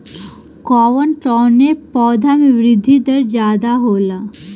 कवन कवने पौधा में वृद्धि दर ज्यादा होला?